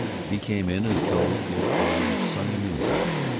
he came in as though it were sunny noontime.